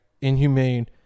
inhumane